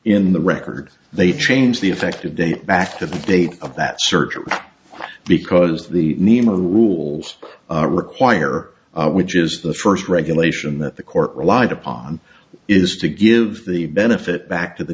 in the record they changed the effective date back to the date of that search because the name of the rules require which is the first regulation that the court relied upon is to give the benefit back to the